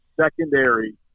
secondary